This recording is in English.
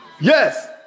Yes